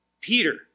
Peter